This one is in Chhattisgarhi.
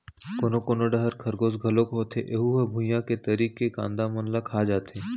कोनो कोनो डहर खरगोस घलोक होथे ऐहूँ ह भुइंया के तरी के कांदा मन ल खा जाथे